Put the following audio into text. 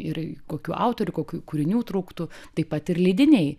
ir kokių autorių kokių kūrinių trūktų taip pat ir leidiniai